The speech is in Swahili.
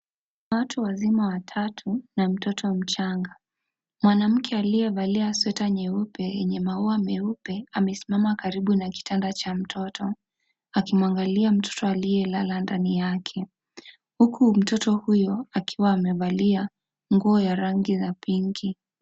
Watu wazima watatu na mtoto mchanga, mwanamke aliyevalia sweater nyeupe yenye maua meupe amesimama karibu na kitanda cha mtoto. Akimwangalia mtoto aliyelala ndani yake. Huku mtoto huyu akiwa amevalia nguo ya rangi ya pinki.